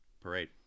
parade